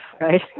right